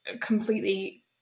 completely